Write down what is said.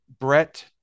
Brett